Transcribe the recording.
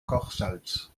kochsalz